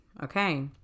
Okay